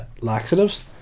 laxatives